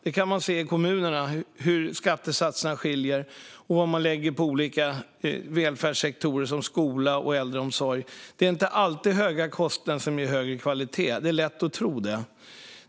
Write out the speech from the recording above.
Man kan se i kommunerna hur skattesatserna skiljer och vad man lägger på olika välfärdssektorer som skola och äldreomsorg. Det är inte alltid höga kostnader ger högre kvalitet. Det är lätt att tro det.